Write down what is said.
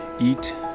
eat